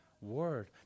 word